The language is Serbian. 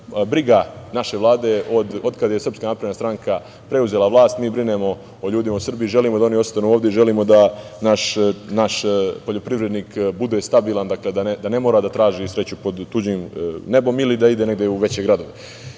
briga naše Vlade od kada je SNS preuzela vlast. Mi brinemo o ljudima u Srbiji i želimo da oni ostanu ovde i želimo da naš poljoprivrednik bude stabilan, da ne mora da traži sreću pod tuđim nebom ili da ide negde u veće gradove. Znamo